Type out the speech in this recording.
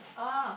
oh